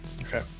Okay